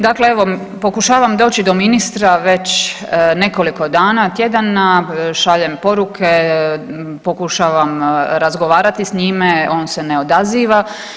Dakle, evo, pokušavam doći do ministra već nekoliko dana, tjedana, šaljem poruke, pokušavam razgovarati s njime, on se ne odaziva.